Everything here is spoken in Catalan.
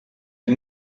han